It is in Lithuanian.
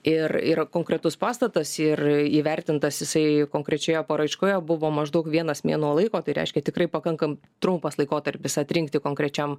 ir yra konkretus pastatas ir įvertintas jisai konkrečioje paraiškoje buvo maždaug vienas mėnuo laiko tai reiškia tikrai pakankam trumpas laikotarpis atrinkti konkrečiam